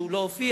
שהוא לא הופיע,